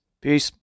Peace